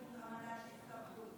אמנת איסטנבול,